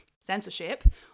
censorship